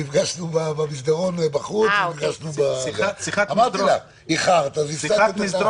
נפגשנו במסדרון בחוץ, אמרתי לך, איחרת אז הפסדת.